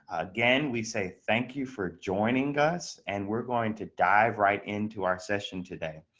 again, we say thank you for joining us and we're going to dive right into our session today,